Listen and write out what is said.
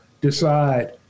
decide